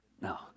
No